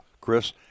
Chris